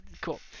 cool